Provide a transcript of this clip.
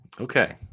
Okay